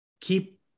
keep